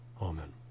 Amen